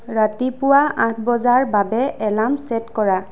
ৰাতিপুৱা আঠ বজাৰ বাবে এলাৰ্ম ছেট কৰা